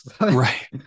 right